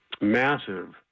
massive